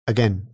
Again